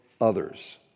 others